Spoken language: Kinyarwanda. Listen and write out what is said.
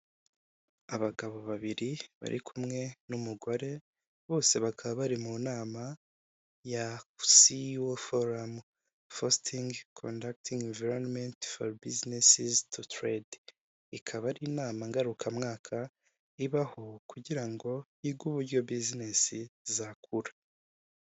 Abagabo babiri bari kumwe n'umugore bose bakaba bari mu nama ya CEO foramu fositingi kondagitingi imvayironomenti foro bizinesizi tu terede, ikaba ari inama ngarukamwaka ibaho kugira ngo higwe uburyo buzinesi zakura.